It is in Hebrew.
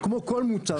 מושלם.